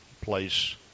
place